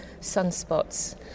sunspots